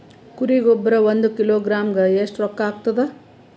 ಕುರಿ ಗೊಬ್ಬರ ಒಂದು ಕಿಲೋಗ್ರಾಂ ಗ ಎಷ್ಟ ರೂಕ್ಕಾಗ್ತದ?